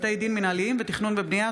בתי דין מינהליים ותכנון ובנייה),